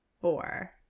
Four